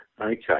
Okay